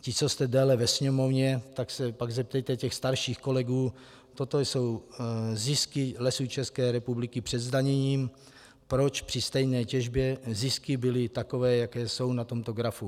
Vy, co jste déle ve Sněmovně, tak se pak zeptejte těch starších kolegů toto jsou zisky Lesů České republiky před zdaněním proč při stejné těžbě zisky byly takové, jaké jsou na tomto grafu.